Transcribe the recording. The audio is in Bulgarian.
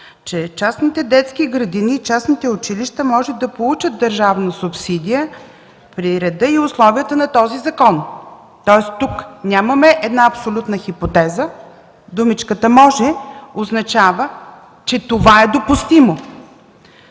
че частните детски градини и частните училища могат да получат държавна субсидия при реда и условията на този закон. Тоест, тук нямаме една абсолютна хипотеза. Думичката „може” означава, че това е допустимо.